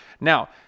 Now